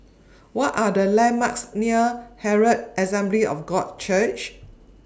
What Are The landmarks near Herald Assembly of God Church